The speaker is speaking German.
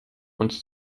uns